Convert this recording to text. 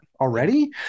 already